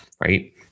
right